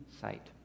sight